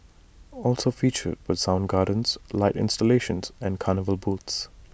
also featured were sound gardens light installations and carnival booths